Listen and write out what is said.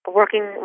working